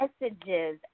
messages